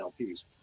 lps